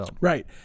Right